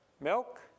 milk